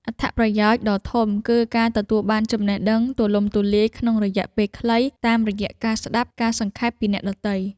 អត្ថប្រយោជន៍ដ៏ធំគឺការទទួលបានចំណេះដឹងទូលំទូលាយក្នុងរយៈពេលខ្លី តាមរយៈការស្ដាប់ការសង្ខេបពីអ្នកដទៃ។